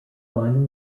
final